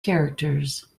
characters